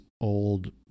old